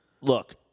look